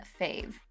fave